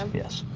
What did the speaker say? um yes.